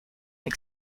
and